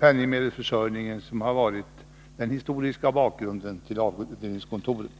penningmedelsförsörjningen varit den historiska bakgrunden till inrättandet av avdelningskontoren.